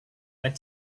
went